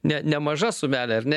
ne nemaža sumelė ar ne